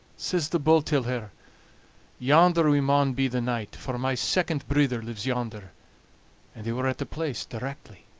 says the bull till her yonder we maun be the night, for my second brither lives yonder and they were at the place directly.